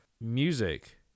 music